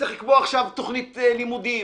צריך לקבוע עכשיו תוכנית לימודים.